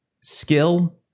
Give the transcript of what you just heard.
skill